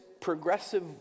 progressive